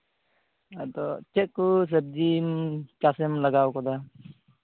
ᱟᱫᱚ ᱪᱮᱫ ᱠᱚ ᱥᱚᱵᱽᱡᱤ ᱪᱟᱥᱮᱢ ᱞᱟᱜᱟᱣ ᱠᱟᱫᱟ